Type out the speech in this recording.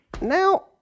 Now